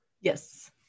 yes